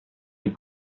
les